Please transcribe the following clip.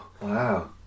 Wow